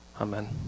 Amen